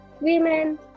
women